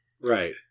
Right